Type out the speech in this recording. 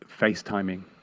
FaceTiming